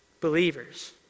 believers